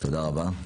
תודה רבה.